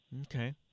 Okay